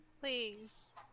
Please